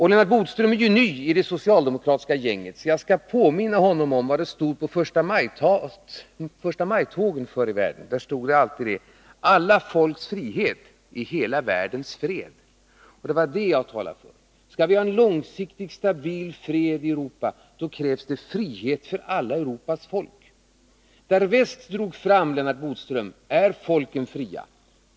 Herr Bodström är ju ny i det socialdemokratiska gänget, så jag skall påminna honom om vad det alltid stod på plakaten i förstamajtågen förr i världen: ” Alla folks frihet är hela världens fred.” Det var det jag talade om. Skall vi få ha en långsiktig, stabil fred i Europa, då krävs det frihet för alla Europas folk. Där väst drog fram, Lennart Bodström, är folken fria.